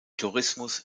tourismus